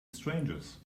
strangers